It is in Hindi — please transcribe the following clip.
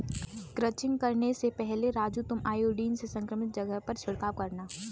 क्रचिंग करने से पहले राजू तुम आयोडीन से संक्रमित जगह पर छिड़काव करना